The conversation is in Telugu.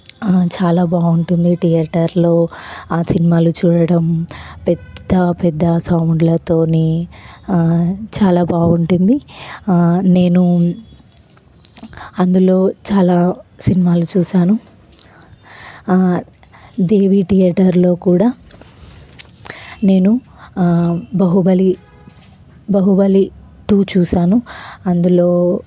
చాలా బాగుంటుంది థియేటర్లో ఆ సినిమాలు చూడడం పెద్ద పెద్ద సౌండ్లతో చాలా బాగుంటుంది నేను అందులో చాలా సినిమాలు చూశాను దేవి థియేటర్లో కూడా నేను బాహుబలి బాహుబలి టు చూశాను అందులో